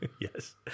Yes